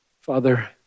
Father